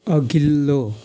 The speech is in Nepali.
अघिल्लो